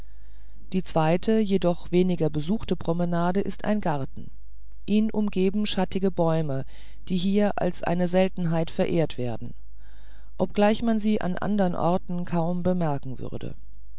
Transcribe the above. die zweite jedoch weniger besuchte promenade ist ein garten ihn umgeben schattige bäume die hier als eine seltenheit verehrt werden obgleich man sie an anderen orten kaum bemerken würde